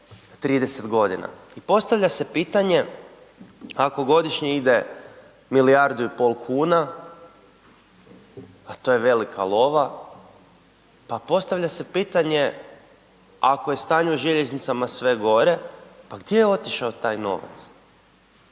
30 godina. I postavlja se pitanje, ako godišnje ide 1,5 milijardu kuna, a to je velika lova, pa postavlja se pitanje, ako je stanje u željeznicama sve gore, pa gdje je otišao taj novac.